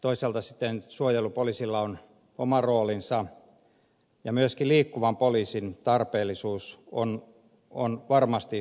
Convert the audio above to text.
toisaalta sitten suojelupoliisilla on oma roolinsa ja myöskin liikkuvan poliisin tarpeellisuus on varmasti perusteltu